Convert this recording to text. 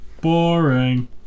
boring